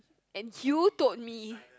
and you told me